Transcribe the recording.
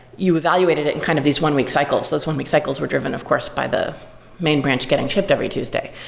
you evaluated it in kind of these one-week cycles. those one-week cycles were driven of course by the main branch getting shipped every tuesday.